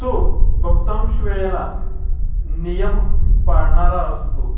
तो बहुतांश वेळेला नियम पाळणारा असतो